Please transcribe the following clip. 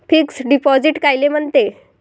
Fix deposit कायले म्हनते?